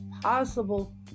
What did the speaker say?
possible